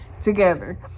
together